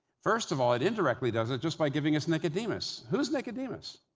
first of all, it indirectly does it just by giving us nicodemus. who's nicodemus?